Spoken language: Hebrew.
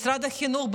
משרד החינוך,